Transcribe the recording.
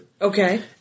Okay